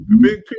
big